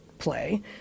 play